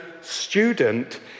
student